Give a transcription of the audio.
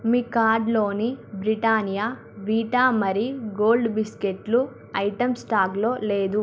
మీ కార్ట్లోని Britannia Vita Marie Gold బిస్కెట్ల item స్టాక్లో లేదు